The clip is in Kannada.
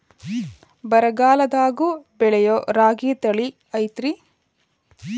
ಬರಗಾಲದಾಗೂ ಬೆಳಿಯೋ ರಾಗಿ ತಳಿ ಐತ್ರಿ?